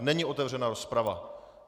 Není otevřena rozprava.